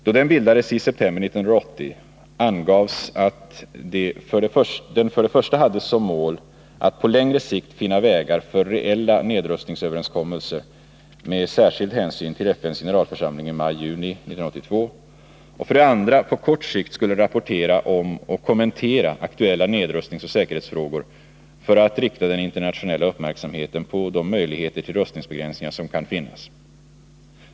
Då den bildades i september 1980 angavs att den för det första hade som mål att på längre sikt finna vägar för reella nedrustningsöverenskommelser med särskild hänsyn till FN:s generalförsamling i maj-juni 1982 och för det andra på kort sikt skulle rapportera om och kommentera aktuella nedrustningsoch säkerhetsfrågor för att rikta den internationella uppmärksamheten på de möjligheter till rustningsbegränsningar som kunde finnas.